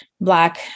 Black